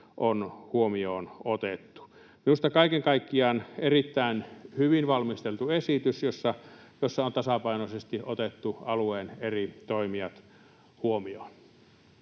on huomioon otettu. Minusta kaiken kaikkiaan erittäin hyvin valmisteltu esitys, jossa on tasapainoisesti otettu alueen eri toimijat huomioon.